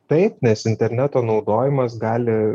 taip nes interneto naudojimas gali